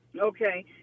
Okay